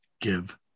give